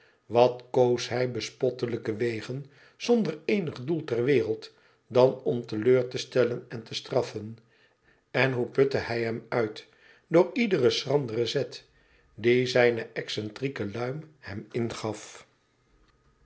wat koos hij bespottelijke wegen zonder eenig doel ter wereld dan om te leur te stellen en te straffen en hoe putte hij hem uit door iederen schranderen zet dien zijne excentrieke luim hem ingaf